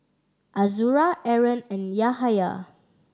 Azura Aaron and Yahaya